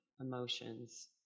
emotions